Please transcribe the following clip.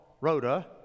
Rhoda